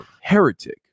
heretic